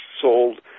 sold